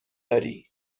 داری